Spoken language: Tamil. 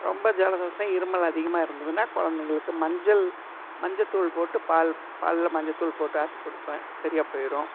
ரொம்ப ஜலதோஷம் இருமல் அதிகமாக இருந்ததுன்னால் கொழந்தைங்களுக்கு மஞ்சள் மஞ்சத்தூள் போட்டு பால் பாலில் மஞ்சத்தூள் போட்டு ஆற்றி கொடுப்பேன் சரியாக போயிடும்